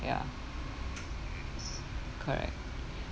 ya correct